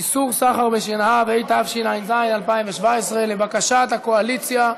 איסור סחר בשנהב, התשע"ז 2017. לבקשת הקואליציה,